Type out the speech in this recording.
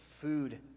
food